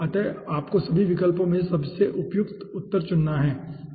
अतः आपको सभी विकल्पों में से सबसे उपयुक्त उत्तर चुनना है